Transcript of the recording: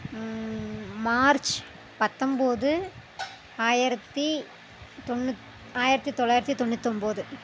March பத்தொம்போது ஆயிரத்தி ஆயிரத்தி தொள்ளாயிரத்தி தொண்ணூத்தொம்போது